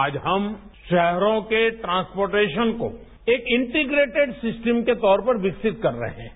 आज हम शहरों के ट्रांसपोटेशन को एक इंटीप्रेटिड सिस्टम के तौर पर विकसित कर रहे हैं